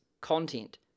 content